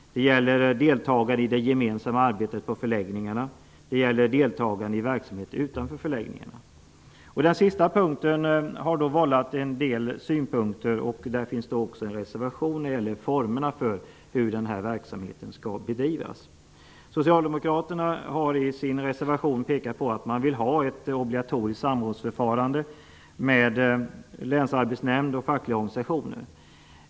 Det gäller deltagande i det gemensamma arbetet på förläggningarna, och det gäller deltagande i verksamheter utanför förläggningarna. Den sista punkten har framkallat en del synpunkter. Det finns också en reservation när det gäller formerna för hur denna verksamhet skall bedrivas. Socialdemokraterna har i sin reservation pekat på att det skall vara ett obligatoriskt samrådsförfarande med länsarbetsnämnder och fackliga organisationer.